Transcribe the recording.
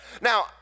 Now